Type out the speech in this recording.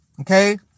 Okay